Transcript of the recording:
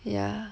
yeah